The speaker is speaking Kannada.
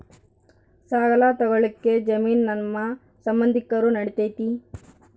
ಸಾಲ ತೊಗೋಳಕ್ಕೆ ಜಾಮೇನು ನಮ್ಮ ಸಂಬಂಧಿಕರು ನಡಿತೈತಿ?